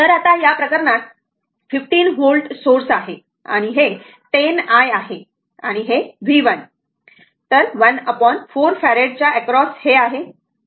तर आता या प्रकरणात 15 व्होल्ट सोर्स आहे आणि हे 10 i आहे आणि हे V1 14 फॅरेड च्या अॅक्रॉस आहे